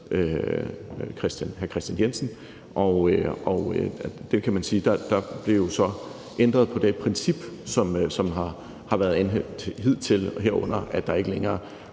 hr. Kristian Jensen, og der kan man sige, at der så blev ændret på det princip, som havde været anvendt hidtil, herunder ved at der ikke længere